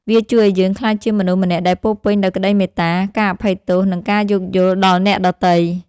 វាជួយឱ្យយើងក្លាយជាមនុស្សម្នាក់ដែលពោរពេញដោយក្ដីមេត្តា ការអភ័យទោស និងការយោគយល់ដល់អ្នកដទៃ។